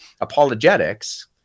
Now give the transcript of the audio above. apologetics